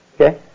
Okay